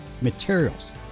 materials